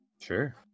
sure